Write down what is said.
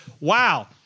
wow